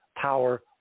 power